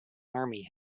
army